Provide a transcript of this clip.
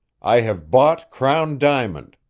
i have bought crown diamond.